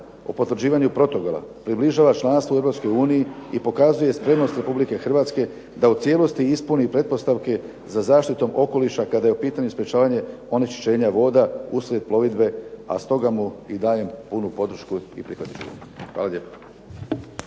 o potvrđivanju protokola približava članstvu u Europskoj uniji i pokazuje spremnost Republike Hrvatske da u cijelosti ispuni pretpostavke za zaštitom okoliša kada je u pitanju sprečavanje onečišćenja voda uslijed plovidbe, a stoga mu i dajem punu podršku i prihvatit ću ga. Hvala lijepo.